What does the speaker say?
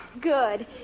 Good